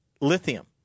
lithium